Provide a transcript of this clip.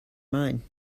mine